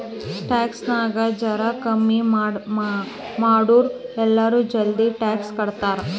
tax ನಾಗ್ ಜರಾ ಕಮ್ಮಿ ಮಾಡುರ್ ಎಲ್ಲರೂ ಜಲ್ದಿ ಟ್ಯಾಕ್ಸ್ ಕಟ್ತಾರ್